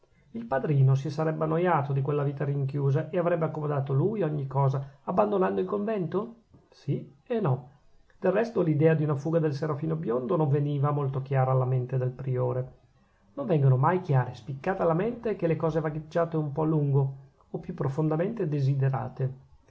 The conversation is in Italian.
il padrino si sarebbe annoiato di quella vita rinchiusa e avrebbe accomodato lui ogni cosa abbandonando il convento sì e no del resto l'idea di una fuga del serafino biondo non veniva molto chiara alla mente del priore non vengono mai chiare e spiccate alla mente che le cose vagheggiate un po a lungo o più profondamente desiderate